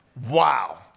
Wow